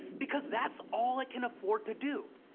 because that's all it can afford to do.